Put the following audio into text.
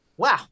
Wow